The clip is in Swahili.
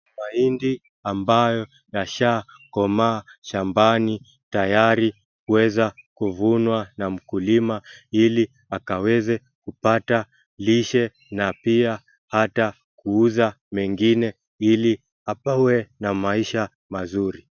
Mahindi ambayo yashaa komaa shambani tayari kuweza kuvunwa na mkulima ili akaweze kupata lishe na pia hata kuuza mengine ili apewe na maisha mazuri.